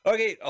Okay